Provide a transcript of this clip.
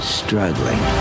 struggling